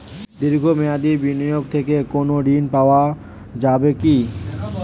দীর্ঘ মেয়াদি বিনিয়োগ থেকে কোনো ঋন পাওয়া যাবে কী?